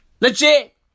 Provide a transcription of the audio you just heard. Legit